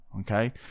okay